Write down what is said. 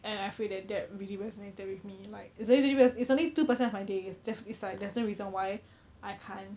and I feel that that really resonated with me like it's only twenty perc~ it's only two percent of my day it's def~ it's like there's no reason why I can't